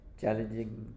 challenging